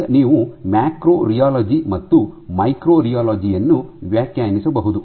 ಈಗ ನೀವು macro rheology ಮತ್ತು ಮೈಕ್ರೋ ರಿಯಾಲಜಿ ಯನ್ನು ವ್ಯಾಖ್ಯಾನಿಸಬಹುದು